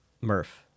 Murph